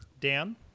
dan